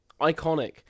iconic